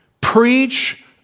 preach